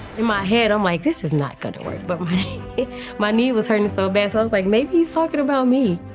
in my head, i'm like this is not going to work. but my my knee was hurting so bad, so i'm, like, maybe he is talking about me.